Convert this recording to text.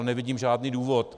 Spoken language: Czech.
Nevidím žádný důvod.